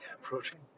approaching